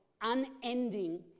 unending